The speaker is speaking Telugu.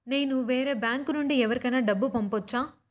నేను వేరే బ్యాంకు నుండి ఎవరికైనా డబ్బు పంపొచ్చా?